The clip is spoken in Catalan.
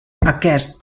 aquest